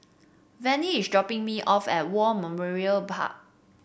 Vinnie is dropping me off at War Memorial Park